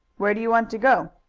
where do you want to go?